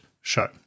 show